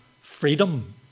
freedom